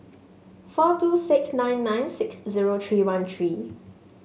four two six nine nine six zero three one three